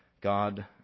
God